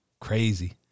Crazy